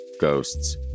ghosts